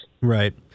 Right